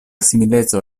simileco